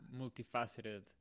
multifaceted